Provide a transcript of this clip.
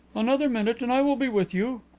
another minute and i will be with you.